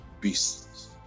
beasts